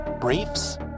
briefs